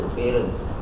parents